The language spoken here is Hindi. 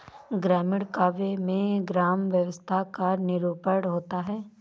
ग्रामीण काव्य में ग्राम्य व्यवस्था का निरूपण होता है